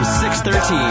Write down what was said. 613